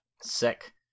Sick